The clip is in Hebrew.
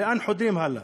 לאן חותרים הלאה?